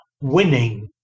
winning